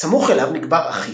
סמוך אליו נקבר אחיו,